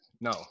No